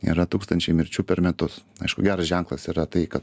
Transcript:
yra tūkstančiai mirčių per metus aišku geras ženklas yra tai ka